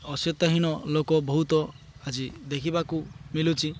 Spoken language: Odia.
ଅସ୍ୟତାହୀନ ଲୋକ ବହୁତ ଆଜି ଦେଖିବାକୁ ମିିଲୁଛି